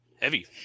Heavy